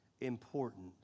important